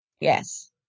Yes